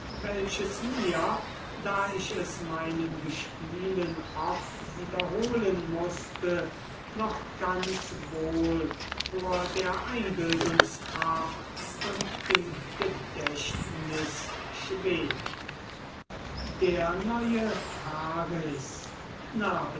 welches mir da ich es meinen gespielen oft wiederholen mußte noch ganz wohl vor der einbildungskraft und im gedächtnis schwebt der neue paris